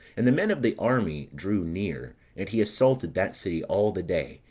and the men of the army drew near, and he assaulted that city all the day,